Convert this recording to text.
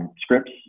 Scripts